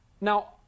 Now